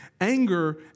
Anger